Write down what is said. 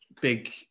big